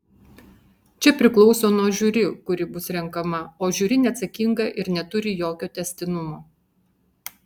čia priklauso nuo žiuri kuri bus renkama o žiuri neatsakinga ir neturi jokio tęstinumo